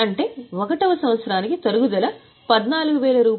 అంటే ఒకటవ సంవత్సరానికి తరుగుదల రూ